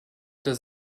does